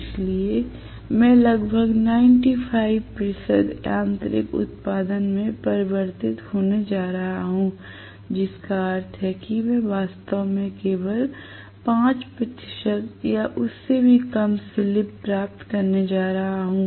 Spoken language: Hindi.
इसलिए मैं लगभग 95 प्रतिशत यांत्रिक उत्पादन में परिवर्तित होने जा रहा हूं जिसका अर्थ है कि मैं वास्तव में केवल 5 प्रतिशत या इससे भी कम स्लिप प्राप्त करने जा रहा हूं